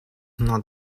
not